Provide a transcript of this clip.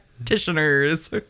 practitioners